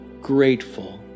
grateful